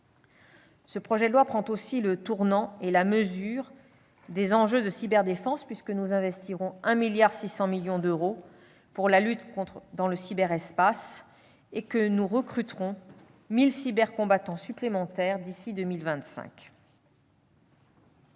Ce projet de loi prend aussi le tournant et la mesure des enjeux de cyberdéfense, puisque nous investirons 1,6 milliard d'euros pour la lutte dans le cyberespace et que nous recruterons 1 000 cybercombattants supplémentaires d'ici à 2025.